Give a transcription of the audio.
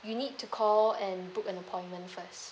you need to call and book an appointment first